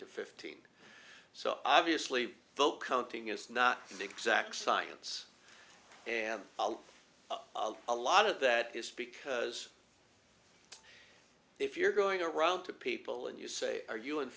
to fifteen so obviously vote counting is not an exact science and a lot of that is because if you're going around to people and you say are you in